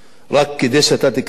רק כדי שאתה תקבל,